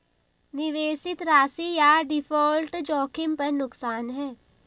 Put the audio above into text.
निवेशित राशि या डिफ़ॉल्ट जोखिम पर नुकसान है